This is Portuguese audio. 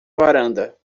varanda